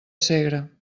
segre